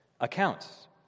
accounts